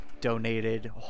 donated